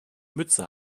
mütze